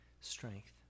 strength